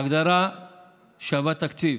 ההגדרה שווה תקציב,